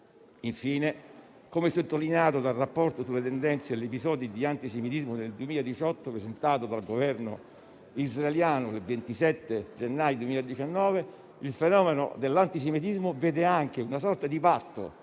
Infine, «come sottolineato dal "Rapporto sulle tendenze e gli episodi di antisemitismo nel 2018", presentato dal Governo israeliano il 27 gennaio 2019, il fenomeno dell'antisemitismo vede anche una sorta di patto